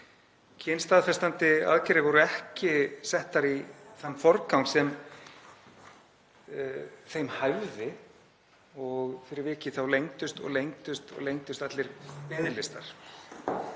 Kynstaðfestandi aðgerðir voru ekki settar í þann forgang sem þeim hæfði og fyrir vikið þá lengdust og lengdust allir biðlistar.